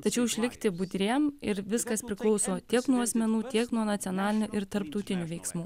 tačiau išlikti budriem ir viskas priklauso tiek nuo asmenų tiek nuo nacionalinių ir tarptautinių veiksmų